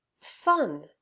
Fun